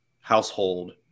household